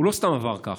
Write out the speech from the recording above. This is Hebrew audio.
הוא לא סתם עבר ככה.